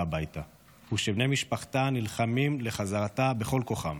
הביתה ושבני משפחתה נלחמים לחזרתה בכל כוחם.